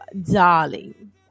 darling